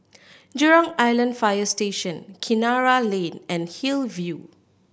Jurong Island Fire Station Kinara Lane and Hillview